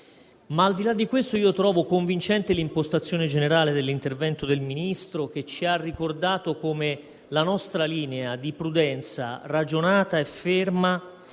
Ma, al di là di questo, trovo convincente l'impostazione generale dell'intervento del Ministro, che ci ha ricordato come la nostra linea di prudenza ragionata e ferma